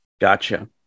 Gotcha